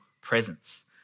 presence